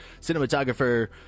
cinematographer